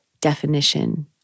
definition